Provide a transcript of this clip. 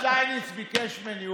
השר שטייניץ ביקש ממני,